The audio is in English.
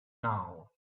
now